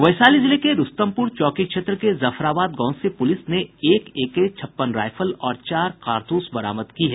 वैशाली जिले के रूस्तमपुर चौकी क्षेत्र के जफराबाद गांव से पूलिस ने एक एके छप्पन रायफल और चार कारतूस बरामद की है